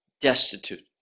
destitute